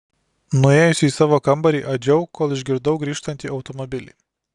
nuėjusi į savo kambarį adžiau kol išgirdau grįžtantį automobilį